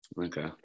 okay